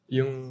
Yung